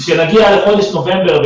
כדי להגיע לחודש נובמבר,